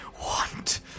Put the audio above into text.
want